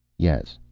yes.